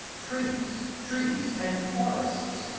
trees, trees and forests.